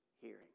hearing